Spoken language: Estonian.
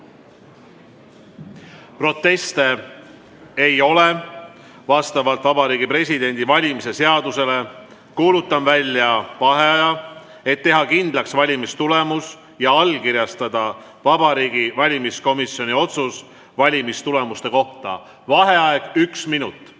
Proteste ei ole. Vastavalt Vabariigi Presidendi valimise seadusele kuulutan välja vaheaja, et teha kindlaks valimistulemus ja allkirjastada Vabariigi Valimiskomisjoni otsus valimistulemuste kohta. Vaheaeg üks minut.V